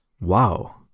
Wow